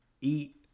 Eat